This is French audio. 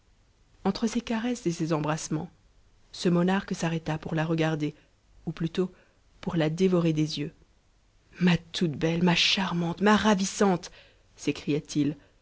entre ces caresses et ces embrassements ce monarque s'arrêta pour la regarder ou plutôt pour la dévorer des yeux a ma toute belle ma charmante ma ravissante